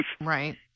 Right